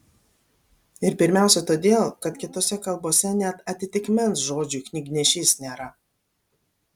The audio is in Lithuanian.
ir pirmiausia todėl kad kitose kalbose net atitikmens žodžiui knygnešys nėra